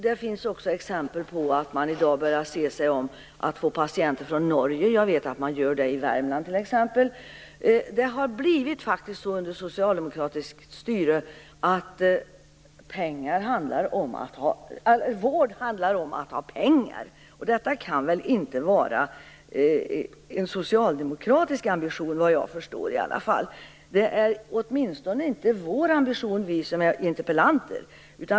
Det finns också exempel på att man i dag börjar se sig om efter patienter från Norge. Jag vet att man gör det i Värmland, t.ex. Det har blivit så under socialdemokratiskt styre att vård handlar om att ha pengar. Detta kan väl inte vara en socialdemokratisk ambition? Det är åtminstone inte ambitionen hos oss interpellanter.